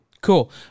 Cool